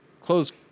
Close